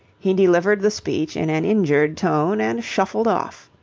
he delivered the speech in an injured tone and shuffled off.